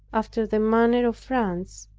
after the manner of france,